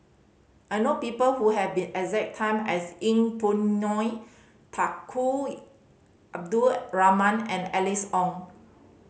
I know people who have been as exact time as Yeng Pway Ngon Tunku Abdul Rahman and Alice Ong